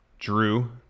Drew